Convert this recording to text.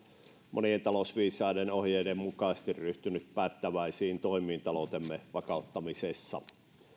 monien talousviisaiden ohjeiden mukaisesti ryhtynyt päättäväisiin toimiin taloutemme vakauttamisessa